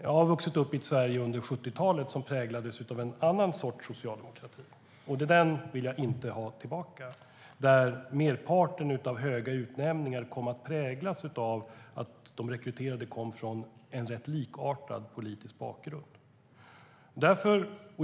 Jag har vuxit upp i ett Sverige som under 1970-talet präglades av en annan sorts socialdemokrati, och den vill jag inte ha tillbaka. Där kom merparten av höga utnämningar att präglas av att de rekryterade kom från en rätt likartad politisk bakgrund.